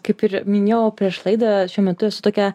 kaip ir minėjau prieš laidą šiuo metu esu tokia